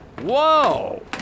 Whoa